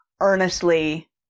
earnestly